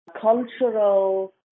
cultural